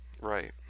Right